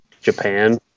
Japan